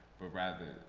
but rather,